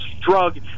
drug